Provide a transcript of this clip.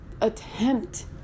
attempt